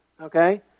okay